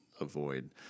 avoid